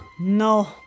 No